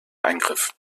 eingriff